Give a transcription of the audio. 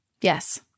Yes